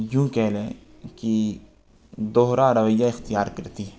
یوں کہہ لیں کہ دوہرا رویہ اختیار کرتی ہے